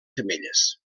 femelles